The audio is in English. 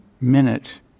minute